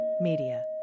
Media